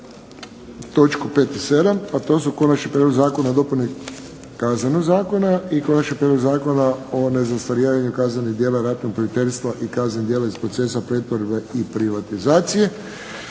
točku. To je Konačni prijedlog zakona o dopuni Kaznenog zakona i Konačni prijedlog zakona o nezastarijevanju kaznenih djela ratnog profiterstva i kaznenih djela iz procesa pretvorbe i privatizacije.